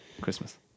Christmas